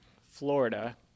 florida